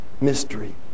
mystery